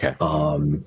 Okay